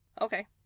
Okay